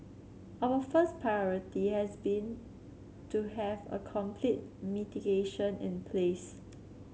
our first priority has been to have a complete mitigation in place